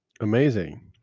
Amazing